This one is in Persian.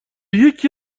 یکی